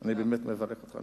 אני באמת מברך אותך.